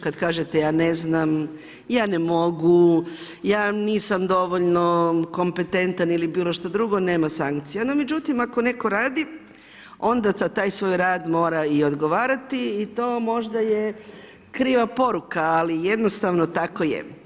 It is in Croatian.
Kad kažete ja ne znam, ja ne mogu, ja nisam dovoljno kompetentan ili bilo što drugo, nema sankcija no međutim ako netko radi onda za taj svoj rad mora i odgovarati i to možda je kriva poruka ali jednostavno tako je.